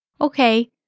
Okay